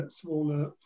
smaller